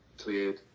cleared